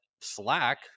Slack